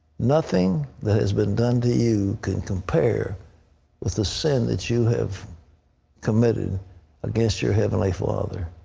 nothing that has been done to you can compare with the sin that you have committed against your heavenly father.